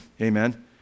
amen